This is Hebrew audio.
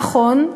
נכון,